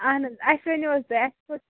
آہن حظ اَسہِ ؤنیو حظ تُہۍ اَسہِ